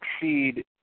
exceed